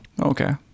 okay